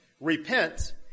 repent